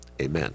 Amen